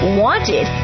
wanted